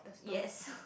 yes